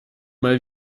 mal